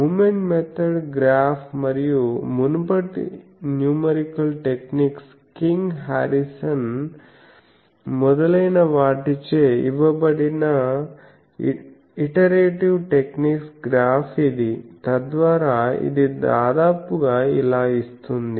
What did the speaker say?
moment method graph మరియు మునుపటి numerical techniques King Harrison మొదలైనవాటి చే ఇవ్వబడిన ఇటరేటివ్ టెక్నిక్స్ గ్రాఫ్ ఇది తద్వారా ఇది దాదాపుగా ఇలా ఇస్తుంది